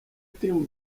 tim